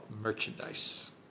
merchandise